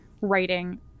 writing